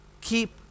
Keep